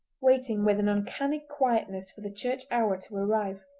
waiting with an uncanny quietness for the church hour to arrive.